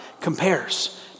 compares